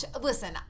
Listen